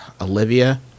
Olivia